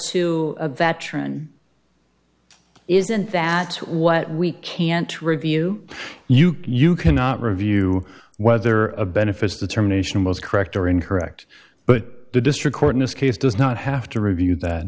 to a veteran isn't that what we can to review you you cannot review whether a benefits determination was correct or incorrect but the district court in this case does not have to review